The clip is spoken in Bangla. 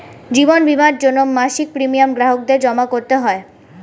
জীবন বীমার জন্যে মাসিক প্রিমিয়াম গ্রাহকদের জমা করতে হয়